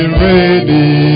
ready